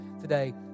today